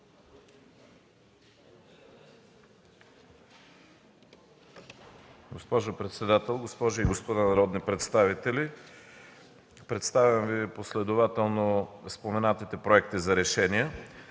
Госпожо председател, госпожи и господа народни представители! Представям Ви последователно споменатите проекти за решения: